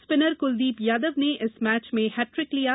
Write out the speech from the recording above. spinner Kuldeep Yadav ने इस match में हैट्रिक लिया